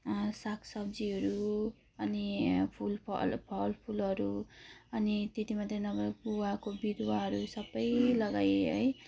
साग सब्जीहरू अनि फुल फल फलफुलहरू अनि त्यति मात्र नभएर गुवाको बिरुवाहरू सब लगाएँ है